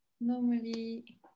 normally